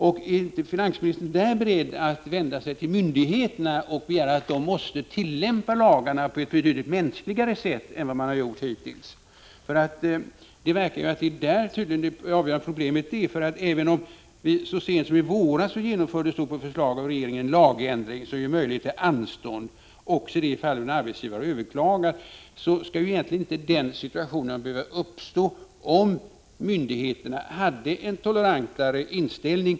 Är finansministern beredd att vända sig till 21 november 1985 myndigheterna och begära att de måste tillämpa lagarna på ett betydligt mänskligare sätt än de har gjort hittills? Det verkar ju som om det är där det avgörande problemet finns. Så sent som i våras genomfördes på förslag av regeringen en lagändring som ger möjlighet till anstånd också i de fall då arbetsgivare överklagar, men egentligen skulle inte den situationen uppstå, om myndigheterna hade en tolerantare inställning.